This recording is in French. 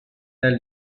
elle